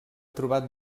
trobat